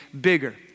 bigger